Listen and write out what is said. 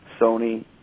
Sony